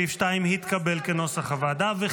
סעיף 2, כנוסח הוועדה, התקבל.